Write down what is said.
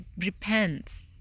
repent